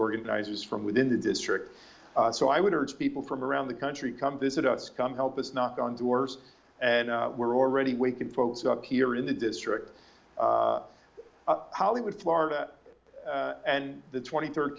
organizers from within the district so i would urge people from around the country come visit us come help us knock on doors and we're already waking folks up here in the district hollywood florida and the twenty third